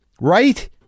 right